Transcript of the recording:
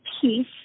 peace